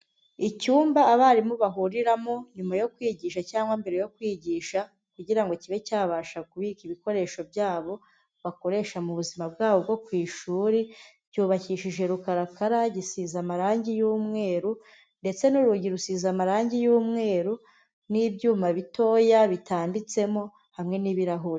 Icyumba abarimu bahuriramo nyuma yo kwigisha cyangwa mbere yo kwigisha kugirango kibe cyabasha kubika ibikoresho byabo bakoresha mu buzima bwabo bwo ku ishuri. Cyubakishije rukarakara, gisize amarangi y'umweru ndetse n'urugi rusize amarangi y'umweru nibyuma bitoya bitanditsemo hamwe n'ibirahuri.